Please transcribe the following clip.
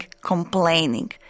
complaining